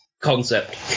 concept